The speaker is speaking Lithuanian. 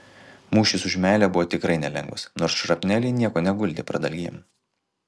mūšis už meilę buvo tikrai nelengvas nors šrapneliai nieko neguldė pradalgėm